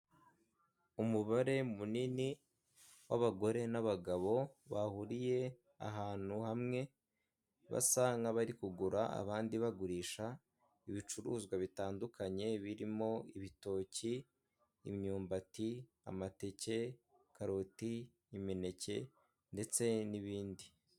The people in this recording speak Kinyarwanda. Umubare munini w'abagore n'abagabo bahuriye ahantu hamwe basa nk'abari kugura abandi bagurisha ibicuruzwa bitandukanye birimo ibitoki, imyumbati, amateke, karoti, imineke , ndetse n'ibindi.